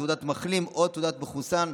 תעודת מחלים או תעודת מחוסן,